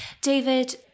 David